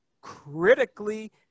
critically